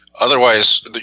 otherwise